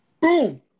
Boom